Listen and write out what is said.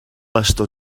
bastó